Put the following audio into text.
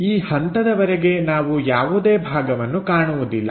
ಈ ಹಂತದವರೆಗೆ ನಾವು ಯಾವುದೇ ಭಾಗವನ್ನು ಕಾಣುವುದಿಲ್ಲ